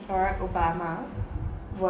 barack obama was